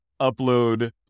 upload